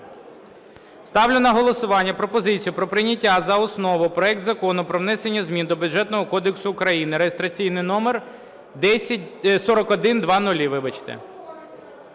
Ставлю на голосування пропозицію про прийняття за основу проект Закону про внесення змін до Бюджетного кодексу України (реєстраційний номер 4100).